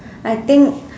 I think